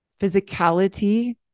physicality